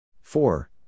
Four